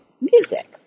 music